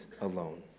alone